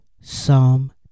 Psalm